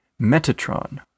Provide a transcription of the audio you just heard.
Metatron